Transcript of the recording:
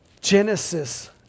Genesis